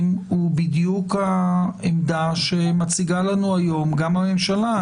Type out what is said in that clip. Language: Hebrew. הוא בדיוק העמדה שמציגה לנו היום גם הממשלה.